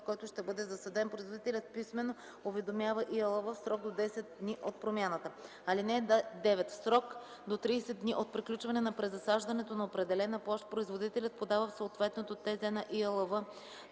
който ще бъде засаден, производителят писмено уведомява ИАЛВ в срок до 10 дни от промяната. (9) В срок до 30 дни от приключване на презасаждането на определена площ производителят подава в съответното ТЗ на ИАЛВ